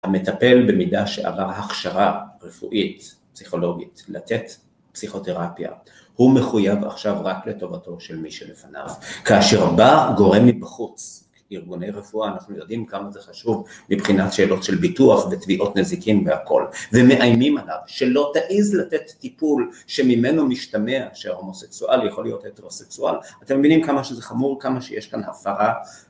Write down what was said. המטפל במידה שעבר הכשרה רפואית, פסיכולוגית, לתת פסיכותרפיה, הוא מחויב עכשיו רק לטובתו של מי שלפניו. כאשר בא גורם מבחוץ, ארגוני רפואה, אנחנו יודעים כמה זה חשוב מבחינת שאלות של ביטוח ותביעות נזיקין והכל, ומאיימים עליו, שלא תעיז לתת טיפול שממנו משתמע שההומוסקסואל יכול להיות הטרוסקסואל, אתם מבינים כמה שזה חמור, כמה שיש כאן הפרה